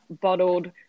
bottled